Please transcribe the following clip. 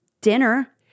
dinner